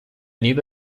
nido